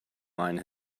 mine